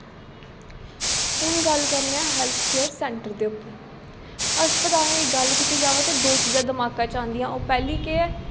हून गल्ल करने आं हैल्थ केयरसैंटर दे उप्पर हस्पतालें दी गल्ल कीती जा ते दो चीजां दमाका च आंदियां पैह्ली केह् ऐ